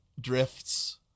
drifts